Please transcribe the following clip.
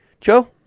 Joe